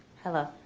hello.